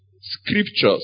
Scriptures